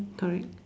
correct